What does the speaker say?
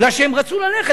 בגלל שהם רצו ללכת.